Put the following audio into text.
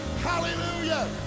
Hallelujah